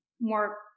more